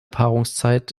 paarungszeit